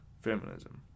Feminism